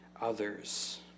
others